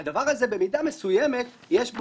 בדבר הזה יש במידה מסוימת ממש,